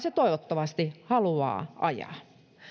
se toivottavasti haluaa ajaa